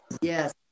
Yes